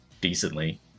decently